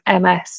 MS